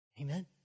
Amen